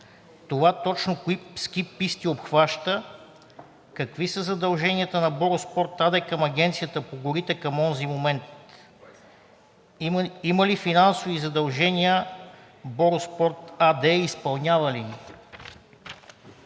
Това точно кои ски писти обхваща, какви са задълженията на „Бороспорт“ АД към Агенцията по горите към онзи момент? Има ли финансови задължения „Бороспорт“ АД и изпълнява ли